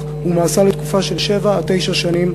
הוא מאסר לתקופה של שבע עד תשע שנים,